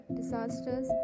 disasters